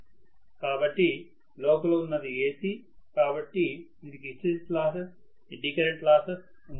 కాబట్టి లోపల ఉన్నది AC కాబట్టి దీనికి hysteresis losses eddy current losses ఉంటాయి